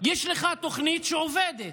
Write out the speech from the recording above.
יש לך תוכנית שעובדת,